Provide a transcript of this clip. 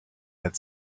had